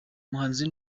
umuhanzi